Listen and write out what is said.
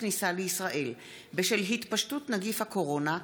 הכניסה לישראל בשל התפשטות נגיף הקורונה),